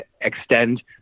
extend